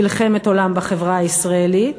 מלחמת עולם בחברה הישראלית,